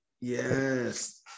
Yes